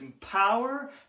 power